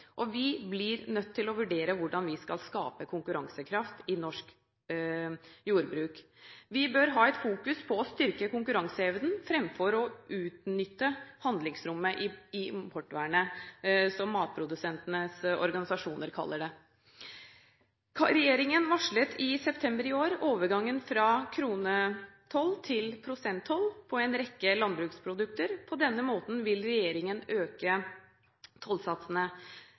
og vi blir nødt til å vurdere hvordan vi skal skape konkurransekraft i norsk jordbruk. Vi bør ha et fokus på å styrke konkurranseevnen framfor å utnytte handlingsrommet i importvernet, som matprodusentenes organisasjoner kaller det. Regjeringen varslet i september i år overgangen fra kronetoll til prosenttoll på en rekke landbruksprodukter. På denne måten vil regjeringen øke tollsatsene.